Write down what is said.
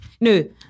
No